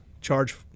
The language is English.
charge